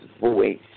voice